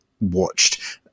watched